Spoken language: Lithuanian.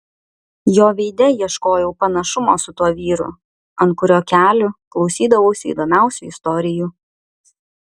jo veide ieškojau panašumo su tuo vyru ant kurio kelių klausydavausi įdomiausių istorijų